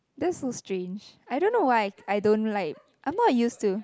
that's so strange I don't know why I don't like I am not used to